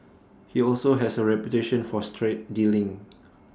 he also has A reputation for straight dealing